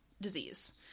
disease